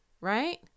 right